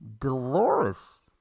Dolores